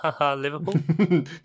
Liverpool